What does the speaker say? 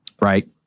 right